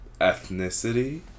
ethnicity